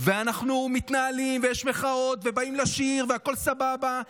אנחנו מתנהלים ויש מחאות ובאים לשיר והכול סבבה,